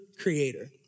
creator